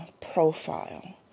profile